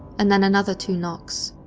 and then another two knocks.